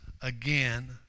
Again